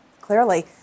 clearly